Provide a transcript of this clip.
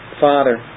Father